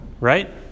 Right